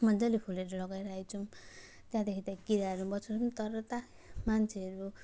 मजाले फुलहरू लगाइरहेको छौँ त्यहाँदेखि त किराहरू मर्छन् तर त मान्छेहरू